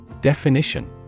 Definition